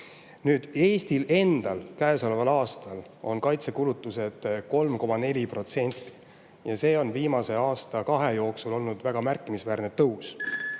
2,5%. Eestil endal on sellel aastal kaitsekulutuste maht 3,4% ja see on viimase aasta-kahe jooksul olnud väga märkimisväärne tõus.